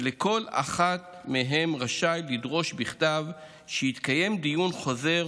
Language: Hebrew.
וכל אחד מהם רשאי לדרוש בכתב שיתקיים דיון חוזר